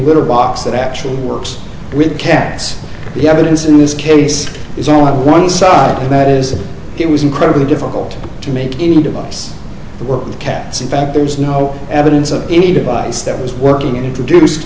little box that actually works with cats the evidence in this case is on one side of that is that it was incredibly difficult to make any device to work with cats in fact there is no evidence of any device that was working introduce